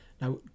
Now